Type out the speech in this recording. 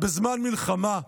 בזמן מלחמה,